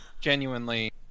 genuinely